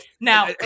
Now